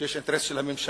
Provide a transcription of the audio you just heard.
שיש אינטרס של הממשלה,